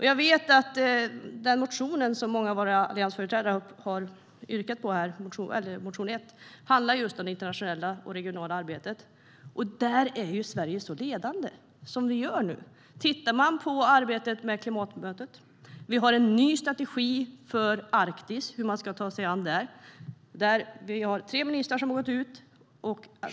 Jag vet att den reservation 1 som många alliansföreträdare har yrkat bifall till här handlar just om det internationella och regionala arbetet. Där är Sverige och vad vi nu gör så ledande. Vi kan titta på arbetet med klimatmötet. Vi har en ny strategi för Arktis och hur man ska sig an det. Vi har tre ministrar som har gått ut och talat om det.